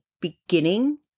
beginning